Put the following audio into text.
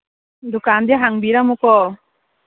ꯗꯨꯀꯥꯟꯗꯤ ꯍꯥꯡꯕꯤꯔꯝꯃꯨꯀꯣ